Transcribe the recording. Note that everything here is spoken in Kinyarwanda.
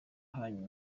hanyu